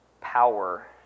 power